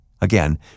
Again